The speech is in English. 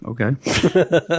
Okay